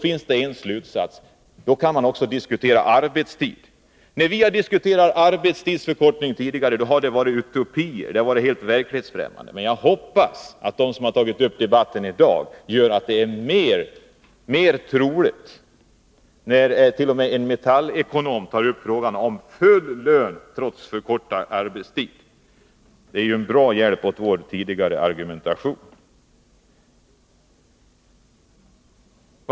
I det sammanhanget kan man också diskutera arbetstid. När vi tidigare har diskuterat arbetstidsförkortning har det förefallit helt verklighetsfrämmande, det har varit utopier. Men jag hoppas att det faktum att frågan har tagits uppi debatten i dag gör att det är mer troligt att den kan genomföras. Frågan om full lön trots förkortad arbetstid har nu t.o.m. tagits upp av en Metallekonom.